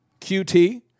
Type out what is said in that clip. QT